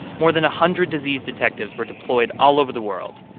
more than a hundred disease detectives were deployed all over the world.